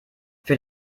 für